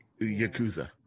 yakuza